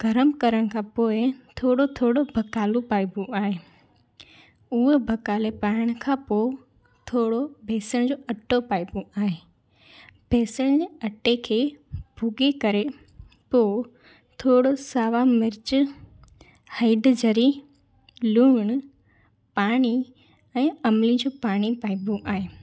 गरम करण खां पोइ थोरो थोरो भकालो पाइबो आहे उहा भकाले पाइण खां पोइ थोरो बेसण जो अटो पाइबो आहे बेसण जे अटे के भुॻी करे पोइ थोरो सावा मिर्च हेडु जरी लूणु पाणी ऐं इमली जो पाणी पाइबो आहे